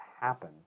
happen